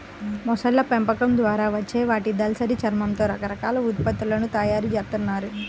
మొసళ్ళ పెంపకం ద్వారా వచ్చే వాటి దళసరి చర్మంతో రకరకాల ఉత్పత్తులను తయ్యారు జేత్తన్నారు